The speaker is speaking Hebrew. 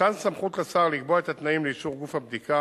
מתן סמכות לשר לקבוע את התנאים לאישור גוף הבדיקה,